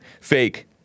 fake